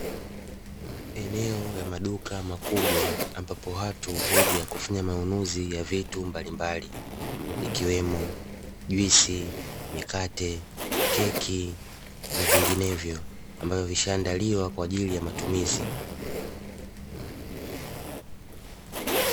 Eneo la maduka makubwa ambapo watu huja kufanya manunuzi